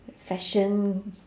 fashion